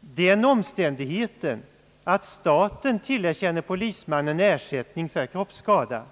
Den omständigheten att staten tillerkänner polismannen ersättning för kroppsskada,